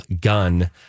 gun